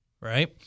right